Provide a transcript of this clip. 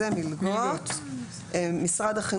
מלגות משרד החינוך,